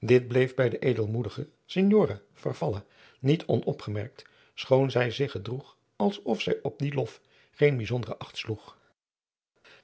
dit bleef bij de edelmoedige signora farfalla niet onopgemerkt schoon zij zich gedroeg als of zij op dien lof geen bijzonderen acht sloeg